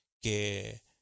que